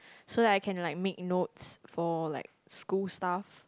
so that I can like make notes for like school stuff